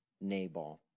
Nabal